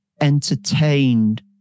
entertained